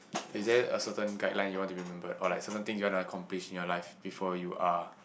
is there a certain guideline you want to be remembered or like certain things you like want to accomplish in your life before you are